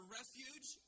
refuge